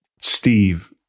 Steve